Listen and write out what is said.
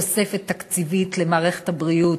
הוא אחד התומכים הגדולים בתוספת תקציבית למערכת הבריאות,